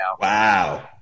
Wow